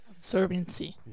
Absorbency